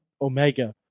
Omega